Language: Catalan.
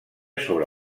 sobre